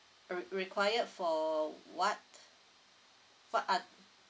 re~ required for what what are